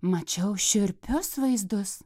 mačiau šiurpius vaizdus